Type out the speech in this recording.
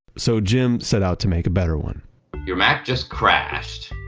so, jim set out to make a better one your mac just crashed,